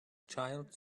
child